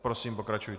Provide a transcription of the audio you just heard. Prosím, pokračujte.